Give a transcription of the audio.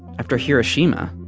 after hiroshima?